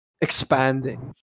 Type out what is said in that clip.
expanding